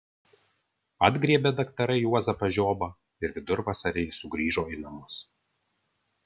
atgriebė daktarai juozapą žiobą ir vidurvasarį jis sugrįžo į namus